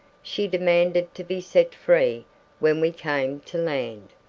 she demanded to be set free when we came to land.